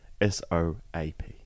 S-O-A-P